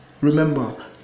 remember